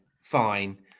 Fine